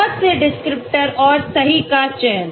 बहुत से डिस्क्रिप्टर और सही का चयन